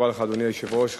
אדוני היושב-ראש,